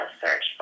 search